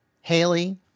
Haley